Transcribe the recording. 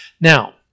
Now